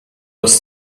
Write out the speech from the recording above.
was